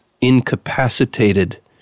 incapacitated